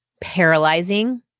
paralyzing